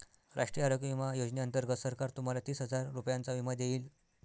राष्ट्रीय आरोग्य विमा योजनेअंतर्गत सरकार तुम्हाला तीस हजार रुपयांचा विमा देईल